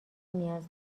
نیاز